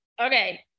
Okay